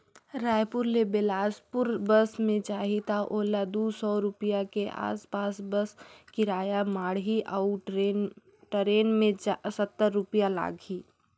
रायपुर ले बेलासपुर बस मे जाही त ओला दू सौ रूपिया के आस पास बस किराया माढ़ही अऊ टरेन मे सत्तर रूपिया लागही